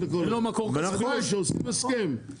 --- שעושים הסכם,